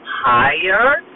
higher